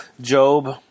Job